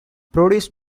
produced